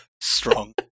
Strong